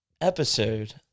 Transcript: episode